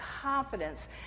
confidence